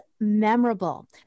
memorable